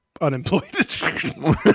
unemployed